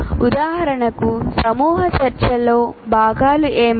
ఉదాహరణకు సమూహ చర్చలో భాగాలు ఏమిటి